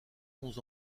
onze